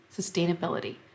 sustainability